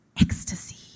Ecstasy